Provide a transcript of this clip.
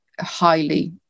highly